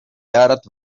arat